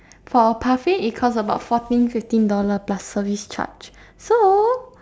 for a parfait it costs about fourteen fifteen dollar plus service charge so